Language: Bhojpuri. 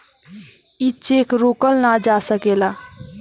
ई चेक रोकल ना जा सकेला